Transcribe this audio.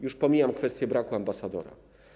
Już pomijam kwestię braku ambasadora.